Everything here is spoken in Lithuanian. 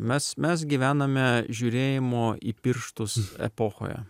mes mes gyvename žiūrėjimo į pirštus epochoje